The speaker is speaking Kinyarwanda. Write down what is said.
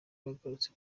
bagarutse